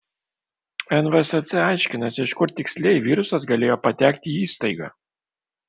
nvsc aiškinasi iš kur tiksliai virusas galėjo patekti į įstaigą